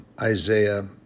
Isaiah